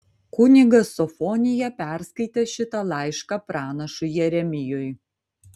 kunigas sofonija perskaitė šitą laišką pranašui jeremijui